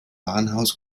warenhaus